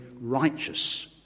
righteous